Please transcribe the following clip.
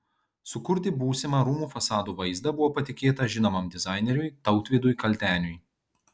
sukurti būsimą rūmų fasadų vaizdą buvo patikėta žinomam dizaineriui tautvydui kalteniui